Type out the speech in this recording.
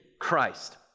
Christ